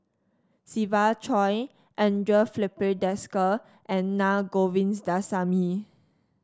Siva Choy Andre Filipe Desker and Na Govindasamy